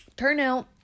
Turnout